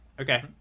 Okay